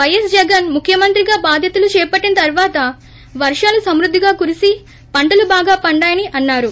పైఎస్ జగన్ ముఖ్యమంత్రిగా బాధ్యతలు చేపట్టిన తర్వాత వర్షాలు సమృద్దిగా కురిసి పంటలు బాగా పండాయని చెప్పారు